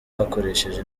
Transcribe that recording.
bakoresheje